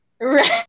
Right